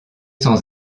sans